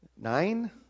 Nine